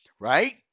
right